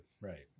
Right